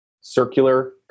circular